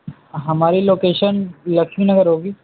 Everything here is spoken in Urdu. ہماری لوکیشن لکشمی نگر ہوگی